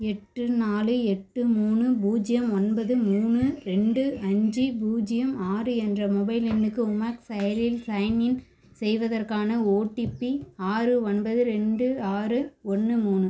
எட்டு நாலு எட்டு மூணு பூஜ்ஜியம் ஒன்பது மூணு ரெண்டு அஞ்சு பூஜ்ஜியம் ஆறு என்ற மொபைல் எண்ணுக்கு உமாங் செயலியில் சைன் இன் செய்வதற்கான ஓடிபி ஆறு ஒன்பது ரெண்டு ஆறு ஒன்று மூணு